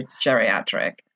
geriatric